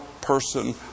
person